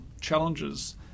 challenges